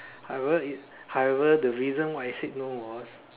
however is however the reason why I said no was